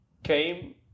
came